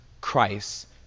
Christ